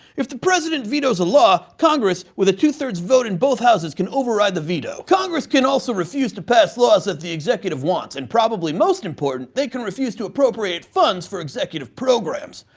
if the president vetoes a law, congress, with a two thirds vote in both houses, can override the veto. congress can also refuse to pass laws that the executive wants, and probably most important, they can refuse to appropriate funds for executive programs.